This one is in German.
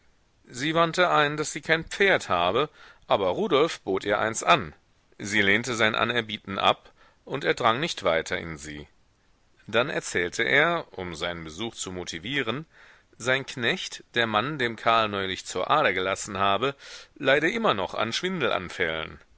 sie wandte ein daß sie kein pferd habe aber rudolf bot ihr eins an sie lehnte sein anerbieten ab und er drang nicht weiter in sie dann erzählte er um seinen besuch zu motivieren sein knecht der mann dem karl neulich zur ader gelassen habe leide immer noch an schwindelanfällen